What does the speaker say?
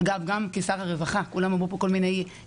אגב גם כשר הרווחה כולם דיברו פה על כל מיני תפקידים